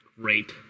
great